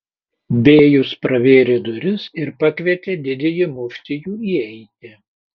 bėjus pravėrė duris ir pakvietė didįjį muftijų įeiti